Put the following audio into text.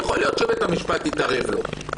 יכול להיות שבית המשפט העליון יתערב לו.